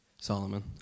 Solomon